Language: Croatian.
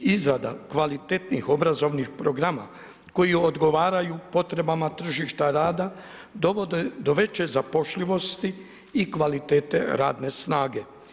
Izrada kvalitetnih obrazovnih programa koji odgovaraju potrebama tržišta rada dovode do veće zapošljivosti i kvalitete radne snage.